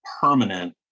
permanent